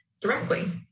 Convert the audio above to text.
directly